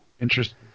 Interesting